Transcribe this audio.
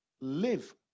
Live